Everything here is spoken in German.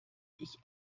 ich